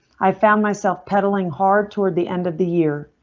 i found myself pedaling hard toward the end of the year.